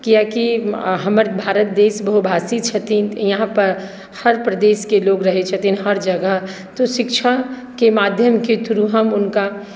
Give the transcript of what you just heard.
कियाकि हमर भारत देश बहुभाषीय छथिन तऽ यहाँपर हर प्रदेशके लोक रहैत छथिन हर जगह तऽ शिक्षाके माध्यमके थ्रू हम हुनका